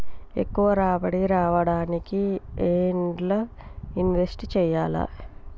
ఎక్కువ రాబడి రావడానికి ఎండ్ల ఇన్వెస్ట్ చేయాలే?